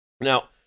Now